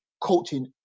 Coaching